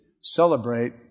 celebrate